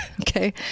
Okay